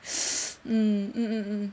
mm mm mm mm